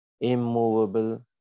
immovable